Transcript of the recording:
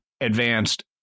advanced